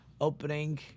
opening